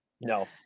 No